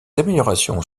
améliorations